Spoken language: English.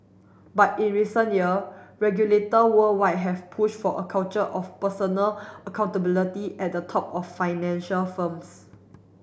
but in recent year regulator worldwide have pushed for a culture of personal accountability at the top of financial firms